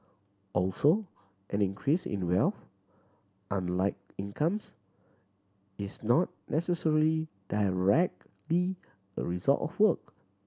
also an increase in wealth unlike incomes is not necessarily directly a result of work